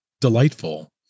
delightful